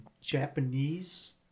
Japanese